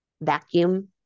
vacuum